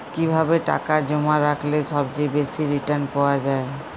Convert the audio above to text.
কিভাবে টাকা জমা রাখলে সবচেয়ে বেশি রির্টান পাওয়া য়ায়?